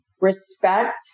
Respect